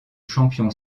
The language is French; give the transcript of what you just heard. champion